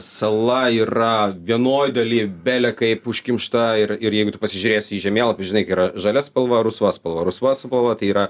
sala yra vienoj daly bele kaip užkimšta ir ir jeigu tu pasižiūrėsi į žemėlapį žinai yra žalia spalva rusva spalva rusva spalva tai yra